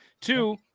Two